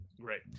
great